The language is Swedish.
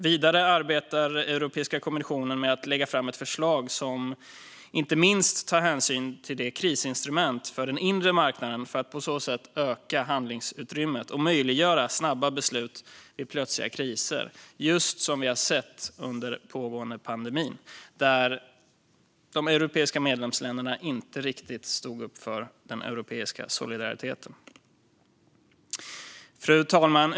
Vidare arbetar Europeiska kommissionen med att lägga fram ett förslag som inte minst tar hänsyn till krisinstrument för den inre marknaden för att på så sätt öka handlingsutrymmet och möjliggöra snabba beslut vid plötsliga kriser, just som vi har sett under den pågående pandemin, då de europeiska medlemsländerna inte riktigt stod upp för den europeiska solidariteten. Fru talman!